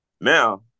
now